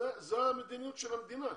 זו המדיניות של המדינה.